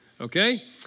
Okay